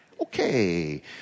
Okay